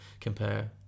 compare